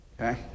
Okay